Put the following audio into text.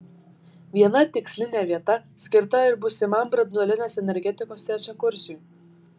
viena tikslinė vieta skirta ir būsimam branduolinės energetikos trečiakursiui